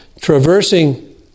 traversing